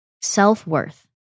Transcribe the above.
self-worth